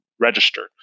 registered